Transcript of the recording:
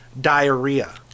diarrhea